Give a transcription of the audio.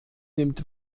nimmt